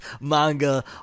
manga